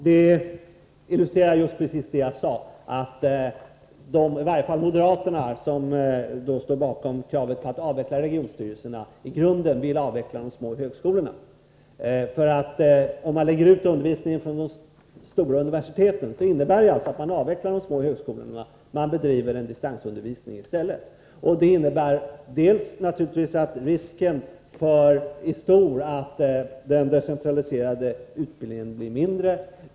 Herr talman! Detta illustrerar precis vad jag sade — att i varje fall moderaterna, som står bakom kravet på att avveckla regionstyrelserna, i grunden vill avveckla de små högskolorna. Om man lägger ut undervisningen från de stora universiteten, innebär det att man avvecklar de små högskolorna och bedriver en distansundervisning i stället. Det innebär naturligtvis att risken blir stor att den decentraliserade utbildningen blir mindre.